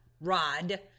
rod